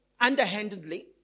underhandedly